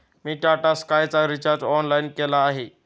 मी टाटा स्कायचा recharge online केला आहे